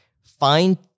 Find